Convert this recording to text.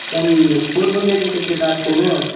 पण स्फोट होण्याची शक्यता असते ना